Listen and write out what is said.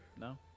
No